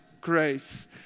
grace